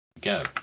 Go